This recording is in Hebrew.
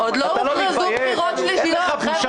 לא קראתי לך עמלק.